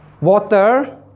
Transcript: water